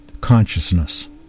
consciousness